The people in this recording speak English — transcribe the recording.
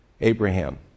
Abraham